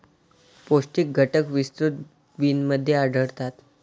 पौष्टिक घटक विस्तृत बिनमध्ये आढळतात